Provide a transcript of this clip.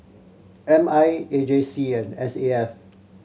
M I A J C and S A F